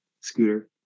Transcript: scooter